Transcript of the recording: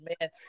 man